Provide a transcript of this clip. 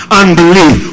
unbelief